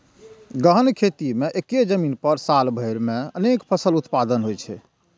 गहन खेती मे एक्के जमीन पर साल भरि मे अनेक फसल उत्पादन होइ छै